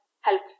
help